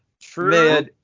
true